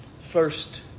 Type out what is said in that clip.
First